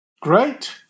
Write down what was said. Great